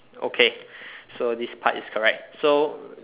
okay so this part is correct so